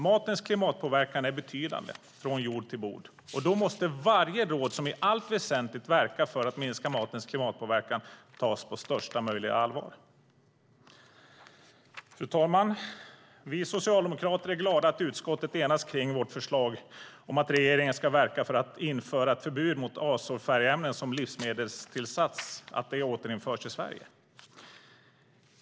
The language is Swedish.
Matens klimatpåverkan är betydande från jord till bord, och då måste varje råd som i allt väsentligt verkar för att minska matens klimatpåverkan tas på största möjliga allvar. Fru talman! Vi socialdemokrater är glada att utskottet enats kring vårt förslag om att regeringen ska verka för att införa ett förbud mot att azofärgämnen som livsmedelstillsats återinförs i Sverige.